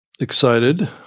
excited